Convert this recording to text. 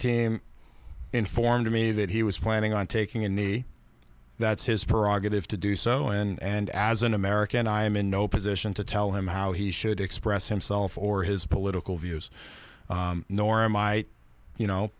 team informed me that he was planning on taking a knee that's his prerogative to do so and as an american i am in no position to tell him how he should express himself or his political views nor my you know